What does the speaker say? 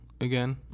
again